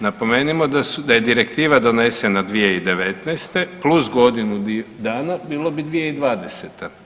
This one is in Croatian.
Napomenimo da je Direktiva donesena 2019. plus godinu dana bilo bi 2020.